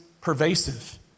pervasive